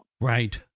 Right